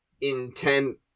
intent